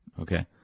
Okay